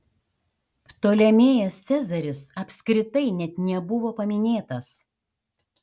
ptolemėjas cezaris apskritai net nebuvo paminėtas